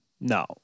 No